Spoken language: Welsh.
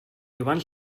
iwan